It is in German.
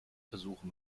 versuche